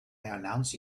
announce